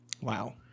Wow